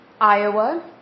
Iowa